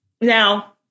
Now